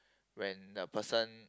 when the person